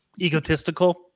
egotistical